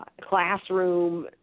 classroom